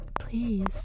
Please